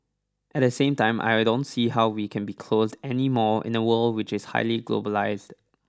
at the same time I will don't see how we can be closed anymore in a world which is highly globalised